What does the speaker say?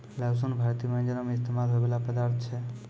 लहसुन भारतीय व्यंजनो मे इस्तेमाल होय बाला पदार्थ छै